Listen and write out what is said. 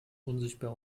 unsichtbar